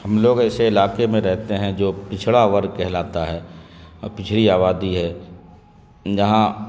ہم لوگ ایسے علاقے میں رہتے ہیں جو پچھڑا ورگ کہلاتا ہے پچھڑی آبادی ہے جہاں